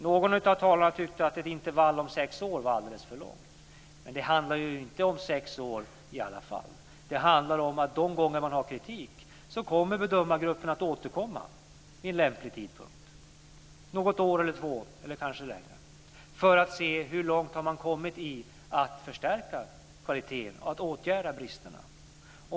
Någon av talarna tyckte att ett intervall om sex år var alldeles för långt. Men det handlar ju inte om sex år i alla fall. Det handlar om att de gånger som man har kritik kommer bedömargruppen att återkomma vid lämplig tidpunkt - efter något år eller två eller kanske längre - för att se hur långt man har kommit när det gäller att förstärka kvaliteten och att åtgärda bristerna.